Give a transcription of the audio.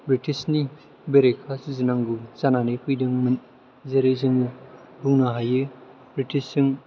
बृटिसनि बेरेनखायै जुजिनांगौ जाना फैदोंमोन जेरै जों बुनो होयो बृटिसजों